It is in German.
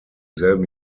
selben